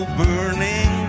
burning